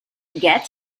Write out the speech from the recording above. get